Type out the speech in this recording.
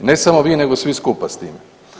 I ne samo vi nego svi skupa s tim.